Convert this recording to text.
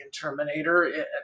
Terminator